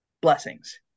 blessings